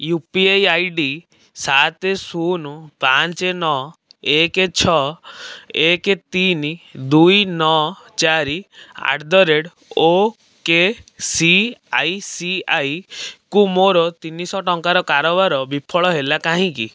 you P I I D ସାତ ଶୂନ ପାଞ୍ଚ ନଅ ଏକ ଛଅ ଏକ ତିନି ଦୁଇ ନଅ ଚାରି at the rate O K C I C I କୁ ମୋର ତିନିଶହ ଟଙ୍କାର କାରବାର ବିଫଳ ହେଲା କାହିଁକି